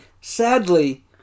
Sadly